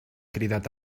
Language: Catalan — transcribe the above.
cridat